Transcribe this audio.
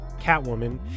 catwoman